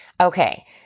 Okay